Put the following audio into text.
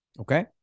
Okay